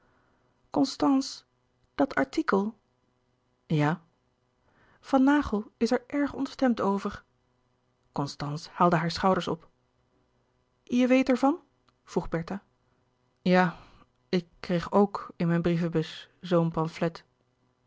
constance dat artikel ja van naghel is er erg ontstemd over constance haalde hare schouders op je weet er van vroeg bertha ja ik kreeg ook in mijn brievenbus zoo een pamflet